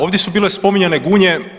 Ovdje su bile spominjane Gunje.